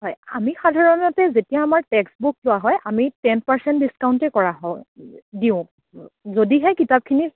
হয় আমি সাধাৰণতে যেতিয়া আমাৰ টেক্সবুক লোৱা হয় আমি টেন পাৰ্চেণ্ট ডিছকাউণ্টে কৰা হয় দিওঁ যদিহে কিতাপখিনি